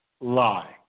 lie